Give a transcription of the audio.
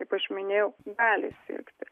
kaip aš minėjau gali sirgti